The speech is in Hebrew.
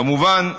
כמובן,